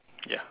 ya